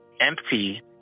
empty